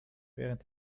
während